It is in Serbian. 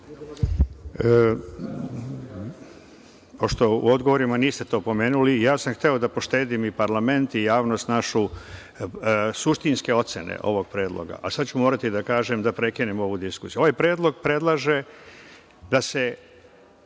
Pošto u odgovorima niste to pomenuli, ja sam hteo da poštedim i parlament i javnost našu suštinske ocene ovog predloga, a sada ću morati da kažem da prekinemo ovu diskusiju. Ovaj predlog predlaže da se